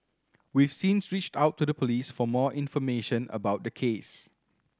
we've since reached out to the Police for more information about the case